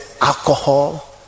alcohol